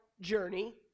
journey